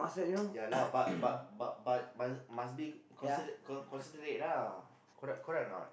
ya lah but but but but but must be conside~ con~ considerate ah correct correct or not